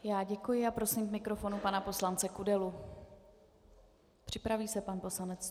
Já děkuji a prosím k mikrofonu pana poslance Kudelu, připraví se pan poslanec Stupčuk.